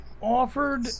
offered